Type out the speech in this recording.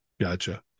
gotcha